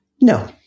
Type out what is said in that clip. No